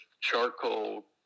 charcoal